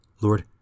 Lord